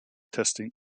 testing